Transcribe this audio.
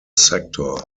sector